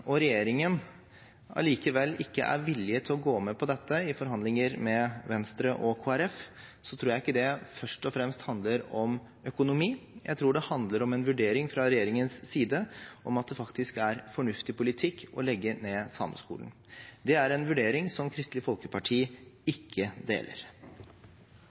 og regjeringen allikevel ikke er villige til å gå med på dette i forhandlinger med Venstre og Kristelig Folkeparti, tror jeg ikke det først og fremst handler om økonomi – jeg tror det handler om en vurdering fra regjeringens side om at det faktisk er fornuftig politikk å legge ned Sameskolen. Det er en vurdering som Kristelig Folkeparti ikke deler.